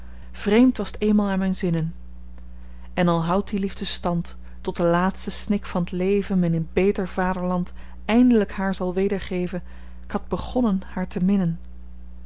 vreemd was t eenmaal aan myn zinnen en al houdt die liefde stand tot de laatste snik van t leven me in een beter vaderland eind'lyk haar zal wedergeven k had begonnen haar te minnen